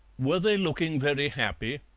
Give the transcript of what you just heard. were they looking very happy?